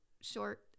short